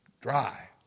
dry